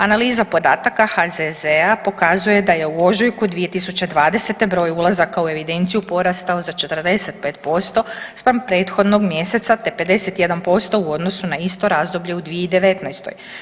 Analiza podataka HZZ-a pokazuje da je u ožujku 2020. broj ulazaka u evidenciju porastao za 45% spram prethodnog mjeseca, te 51% na isto razdoblje u 2019.